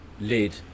Lid